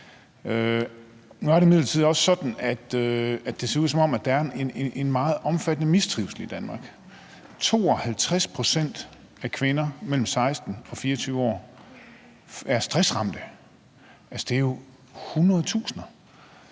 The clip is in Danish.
Nu er det imidlertid også sådan, at det ser ud, som om der er en meget omfattende mistrivsel i Danmark. 52 pct. af kvinderne mellem 16 og 24 år er stressramte, altså det er jo